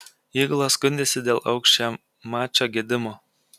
įgula skundėsi dėl aukščiamačio gedimo